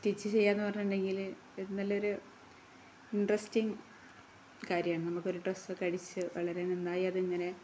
stitch ചെയ്യുകയെന്ന് പറഞ്ഞിട്ടുണ്ടെങ്കില് നല്ലയൊരു ഇൻട്രസ്റ്റിംഗ് കാര്യമാണ് നമുക്കൊരു ഡ്രസ്സൊക്കെ അടിച്ച് വളരെ നന്നായി അതിങ്ങനെ